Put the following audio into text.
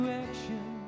action